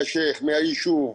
מהשייח', מהיישוב.